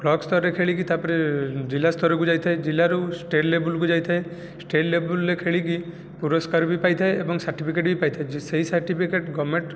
block ସ୍ତରରେ ଖେଳିକି ତାପରେ ଜିଲ୍ଲା ସ୍ତରକୁ ଯାଇଥାଏ ଜିଲ୍ଲାରୁ ଷ୍ଟେଟ ଲେବୁଲକୁ ଯାଇଥାଏ ଷ୍ଟେଟ ଲେବୁଲରେ ଖେଳିକି ପୁରସ୍କାର ବି ପାଇଥାଏ ଏବଂ ସାର୍ଟିଫିକେଟ ବି ପାଇଥାଏ ଯେ ସେହି ସାର୍ଟିଫିକେଟ ଗମେଣ୍ଟ